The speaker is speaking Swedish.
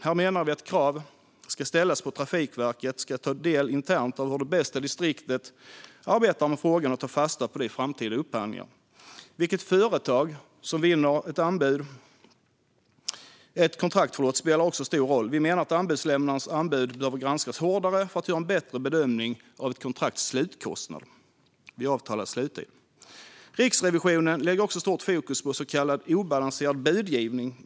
Vi menar att krav ska ställas på att Trafikverket internt ska ta del av hur det bästa distriktet arbetar med en viss fråga och ta fasta på det i framtida upphandlingar. Vilket företag som vinner ett kontrakt spelar stor roll. Vi menar att anbudslämnares anbud behöver granskas hårdare för att man ska kunna göra en bättre bedömning av ett kontrakts slutkostnad vid avtalad sluttid. Riksrevisionen lägger stort fokus på så kallad obalanserad budgivning.